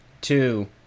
two